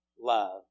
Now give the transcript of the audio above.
love